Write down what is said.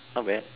not bad